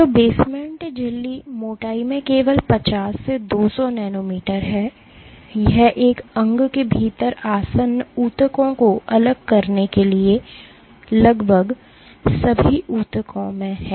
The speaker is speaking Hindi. तो बेसमेंट की झिल्ली मोटाई में केवल 50 से 200 नैनोमीटर है यह एक अंग के भीतर आसन्न ऊतकों को अलग करने के लिए लगभग सभी ऊतकों में है